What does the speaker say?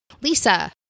Lisa